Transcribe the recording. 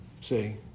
See